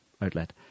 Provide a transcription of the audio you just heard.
outlet